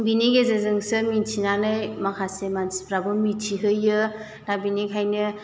बेनि गेजेरजोंसो मिथिनानै माखासे मानसिफ्राबो मिथिहोयो दा बेनिखायनो